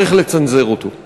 צריך לצנזר אותו.